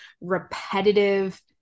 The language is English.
repetitive